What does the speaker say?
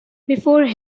before